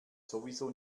sowieso